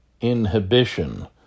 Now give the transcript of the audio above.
inhibition